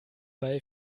bei